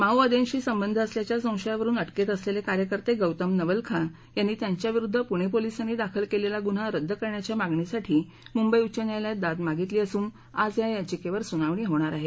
माओवाद्याशी संबंध असल्याच्या संशयावरून अटकेत असलेले कार्यकर्ते गौतम नवलखा यांनी त्यांच्या विरुद्ध पुणे पोलिसांनी दाखल केलेला गुन्हा रद्द करण्याच्या मागणीसाठी मुंबई उच्च न्यायालयात दाद मागितली असून आज या याचिकेवर सुनावणी होणार आहे